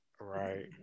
Right